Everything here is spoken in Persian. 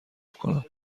کنم